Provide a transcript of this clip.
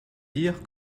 dire